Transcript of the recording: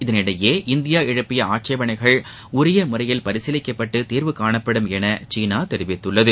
இதனிடையே இந்தியா எழுப்பிய ஆட்சேபணைகள் உரிய முறையில் பரிசீலிக்கப்பட்டு தீர்வு காணப்படும் என சீனா தெரிவித்துள்ளது